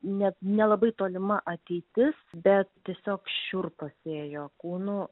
net nelabai tolima ateitis bet tiesiog šiurpas ėjo kūnu